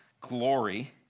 glory